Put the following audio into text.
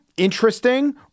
interesting